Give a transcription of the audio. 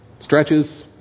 stretches